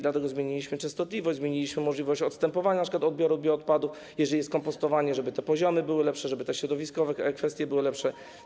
Dlatego zmieniliśmy częstotliwość, zmieniliśmy możliwość odstępowania od odbioru bioodpadów, jeżeli jest kompostowanie, żeby te poziomy były lepsze, żeby te środowiskowe kwestie były lepsze.